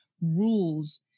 rules